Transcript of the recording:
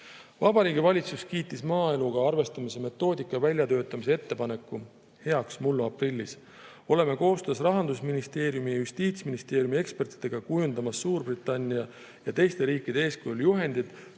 Vabariigi Valitsus kiitis maaeluga arvestamise metoodika väljatöötamise ettepaneku heaks mullu aprillis. Oleme koostöös Rahandusministeeriumi ja Justiitsministeeriumi ekspertidega kujundamas Suurbritannia ja teiste riikide eeskujul juhendit,